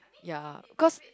ya cause